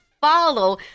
follow